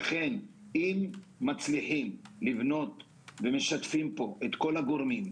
לכן אם מצליחים לשתף את כל הגורמים,